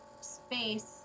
space